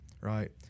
right